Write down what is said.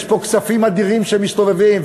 יש פה כספים אדירים שמסתובבים.